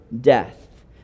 death